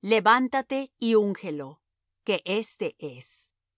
levántate y úngelo que éste es